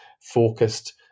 focused